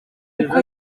kuko